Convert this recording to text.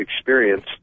experience